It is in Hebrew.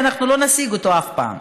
ואנחנו לא נשיג אותו אף פעם,